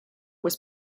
was